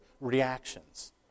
reactions